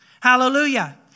Hallelujah